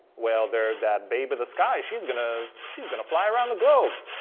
well, there that babe of the sky, she's gonna she's gonna fly around the globe.